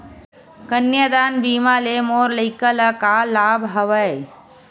कन्यादान बीमा ले मोर लइका ल का लाभ हवय?